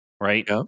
right